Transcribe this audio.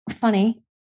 Funny